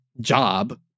job